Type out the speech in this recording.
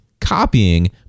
copying